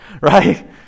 right